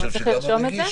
צריך לרשום את זה.